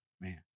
man